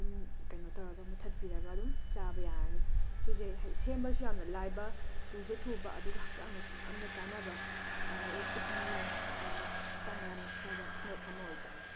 ꯑꯗꯨꯝ ꯀꯩꯅꯣ ꯇꯧꯔꯒ ꯃꯨꯊꯠꯄꯤꯔꯒ ꯗꯨꯝ ꯆꯥꯕ ꯌꯥꯔꯅꯤ ꯁꯤꯖꯦ ꯁꯦꯝꯕꯁꯨ ꯌꯥꯝꯅ ꯂꯥꯏꯕ ꯊꯨꯖꯨ ꯊꯨꯕ ꯑꯗꯨꯒ ꯍꯛꯆꯥꯡꯗꯁꯨ ꯌꯥꯝꯅ ꯀꯥꯟꯅꯕ ꯔꯦꯁꯤꯄꯤꯅꯦ ꯌꯥꯝꯅ ꯍꯛꯆꯥꯡꯗ ꯌꯥꯝꯅ ꯐꯕ ꯁ꯭ꯅꯦꯛ ꯑꯃ ꯑꯣꯏꯗꯣꯏꯅꯦ